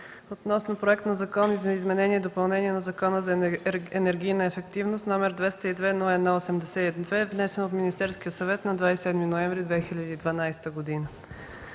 Законопроект за изменение и допълнение на Закона за енергийната ефективност № 202 01 82, внесен от Министерския съвет на 27 ноември 2011 г.